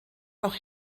auch